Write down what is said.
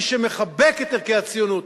מי שמחבק את ערכי הציונות,